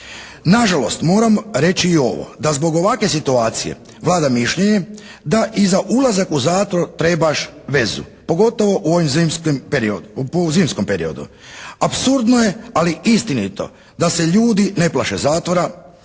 Na žalost moram reći i ovo. Da zbog ovakve situacije vlada mišljenje da i za ulazak u zatvor trebaš vezu pogotovo u ovim zimskom periodu. Apsurdno je, ali istinito da se ljudi ne plaše zatvora,